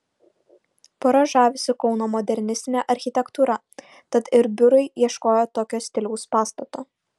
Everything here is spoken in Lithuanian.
pora žavisi kauno modernistine architektūra tad ir biurui ieškojo tokio stiliaus pastato